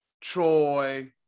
Troy